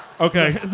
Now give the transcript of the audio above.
Okay